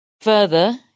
Further